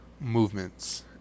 movements